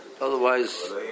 Otherwise